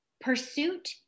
Pursuit